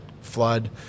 flood